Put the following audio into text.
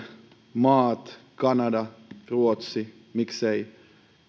maat kanada ruotsi miksei